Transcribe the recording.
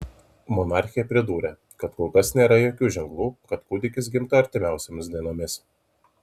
monarchė pridūrė kad kol kas nėra jokių ženklų kad kūdikis gimtų artimiausiomis dienomis